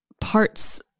parts